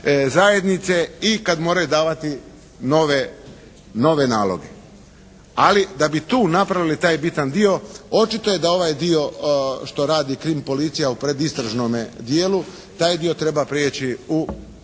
zajednice i kad moraju davati nove naloge. Ali da bi tu napravili taj bitan dio očito je da ovaj dio što radi krim policija u predistražnome dijelu, taj dio treba prijeći u